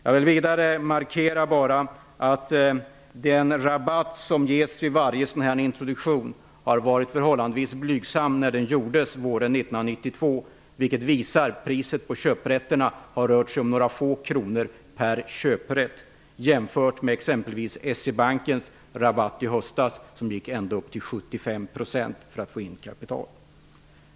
Jag vill vidare markera att den rabatt som ges vid varje introduktion var förhållandevis blygsam 1992. Rabatten har rört sig om några få kronor per köprätt. Jämfört med S-E-Bankens rabatt i höstas som var ända upp 75 % för att få in kapital.